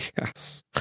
Yes